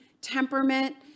temperament